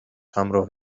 همراه